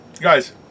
guys